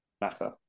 matter